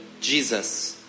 Jesus